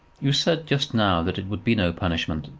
you said just now that it would be no punishment,